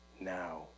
now